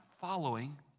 following